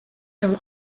from